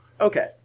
Okay